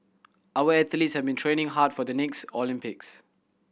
our athletes have been training hard for the next Olympics